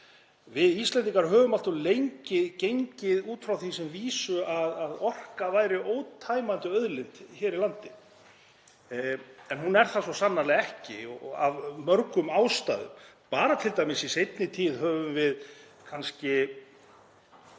Við Íslendingar höfum allt of lengi gengið út frá því sem vísu að orka sé ótæmandi auðlind hér í landi. En hún er það svo sannarlega ekki og af mörgum ástæðum. Bara t.d. í seinni tíð hefir okkur